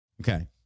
Okay